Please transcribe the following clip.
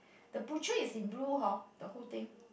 the blue tray is in blue hor the whole thing